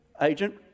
agent